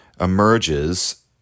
emerges